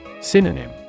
Synonym